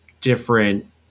different